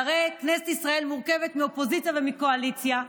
והרי כנסת ישראל מורכבת מאופוזיציה ומקואליציה,